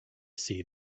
see